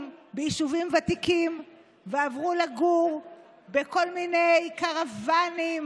ביישובים ותיקים ועברו לגור בכל מיני קרוונים,